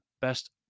best